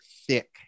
thick